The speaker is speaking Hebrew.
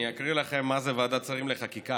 אני אקריא לכם מה זה ועדת שרים לחקיקה,